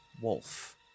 wolf